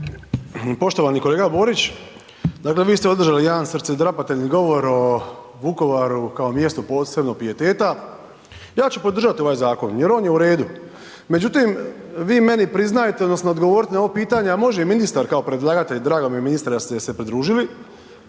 Poštovani kolega Borić, dakle vi ste održali jedan srcedrapateljni govor o Vukovaru kao mjestu posebnog pijeteta, ja ću podržati ovaj Zakon, jer on je u redu. Međutim, vi meni priznajte odnosno odgovorite na ovo pitanje, a može i ministar kao predlagatelj, drago mi je ministre da ste se pridružili,